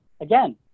again